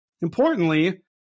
Importantly